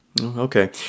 Okay